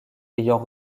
ayant